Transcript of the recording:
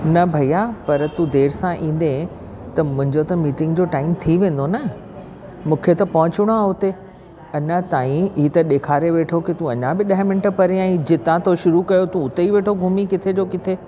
न भैया पर तूं देरि सां ईंदे त मुंहिंजो त मीटिंग जो टाइम थी वेंदो न मूंखे त पहुचणो आहे उते अञा ताईं हीअ त ॾेखारे वेठो की अञा बि तूं परे आईं जितां खां तूं शुरू कयो तूं उते ई वेठो घुमी किथे जो किथे